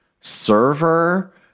server